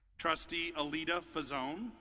trustee aleta fazzone.